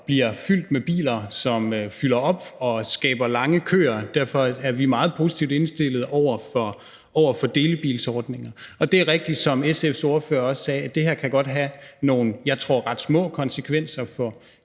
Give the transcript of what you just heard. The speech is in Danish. bliver fyldt med biler, som fylder op og skaber lange køer. Derfor er vi meget positivt indstillet over for delebilsordninger. Og det er rigtigt, som SF's ordfører også sagde, at det her godt kan have nogle, jeg tror, ret små konsekvenser for